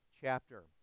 chapter